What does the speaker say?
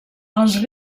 als